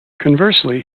conversely